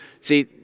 See